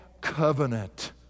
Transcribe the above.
covenant